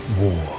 war